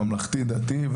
הממלכתי-דתי,